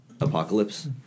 Apocalypse